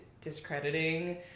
discrediting